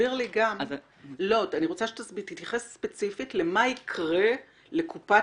אני רוצה שתתייחס ספציפית לשאלה מה יקרה לקופת